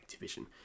Activision